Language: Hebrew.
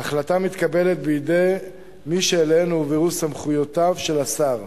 ההחלטה מתקבלת בידי מי שאליהם הועברו סמכויותיו של השר,